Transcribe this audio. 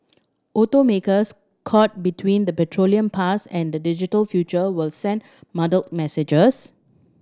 automakers caught between the petroleum past and the digital future will send muddled messages